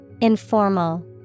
Informal